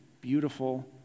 beautiful